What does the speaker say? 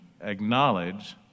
acknowledge